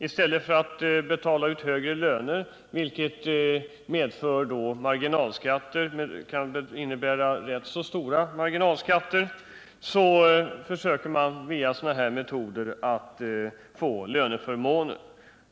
I stället för att betala ut högre löner, vilket kan innebära rätt stora marginalskatter, försöker man via sådana här metoder att få löneförmåner.